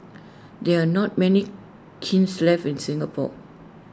there are not many kilns left in Singapore